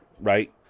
right